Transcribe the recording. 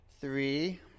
Three